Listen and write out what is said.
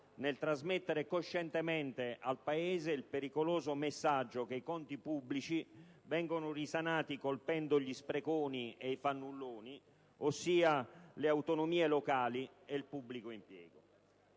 nel trasmettere coscientemente al Paese il pericoloso messaggio che i conti pubblici vengono risanati colpendo gli spreconi e i fannulloni, ossia le autonomie locali ed il pubblico impiego.